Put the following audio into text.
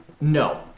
No